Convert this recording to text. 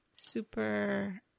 super